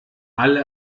alle